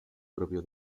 propio